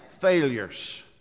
failures